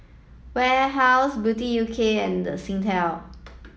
Warehouse Beauty U K and Singtel